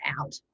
out